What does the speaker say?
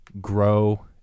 grow